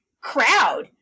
crowd